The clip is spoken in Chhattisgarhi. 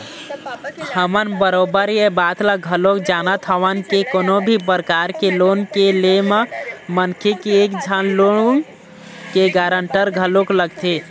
हमन बरोबर ऐ बात ल घलोक जानत हवन के कोनो भी परकार के लोन के ले म मनखे के एक झन लोन के गारंटर घलोक लगथे